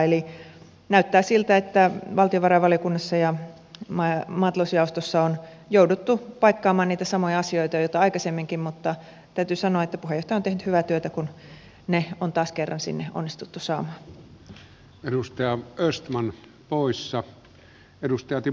eli näyttää siltä että valtiovarainvaliokunnassa ja maatalousjaostossa on jouduttu paikkaamaan niitä samoja asioita joita aikaisemminkin mutta täytyy sanoa että puheenjohtaja on tehnyt hyvää työtä kun ne on taas kerran sinne onnistuttu saamaan